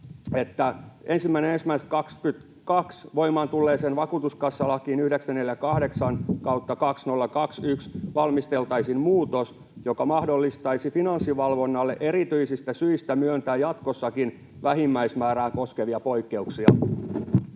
1.1.22 voimaan tulleeseen vakuutuskassalakiin 948/2021 valmisteltaisiin muutos, joka mahdollistaisi Finanssivalvonnalle erityisistä syistä myöntää jatkossakin vähimmäismäärää koskevia poikkeuksia.